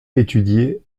étudié